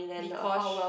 Deekosh